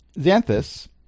Xanthus